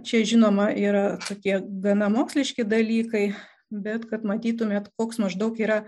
čia žinoma yra tokie gana moksliški dalykai bet kad matytumėt koks maždaug yra